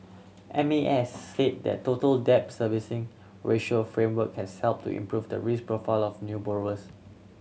M A S said the Total Debt Servicing Ratio framework has helped to improve the risk profile of new borrowers